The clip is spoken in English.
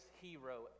hero